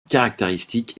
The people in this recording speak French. caractéristique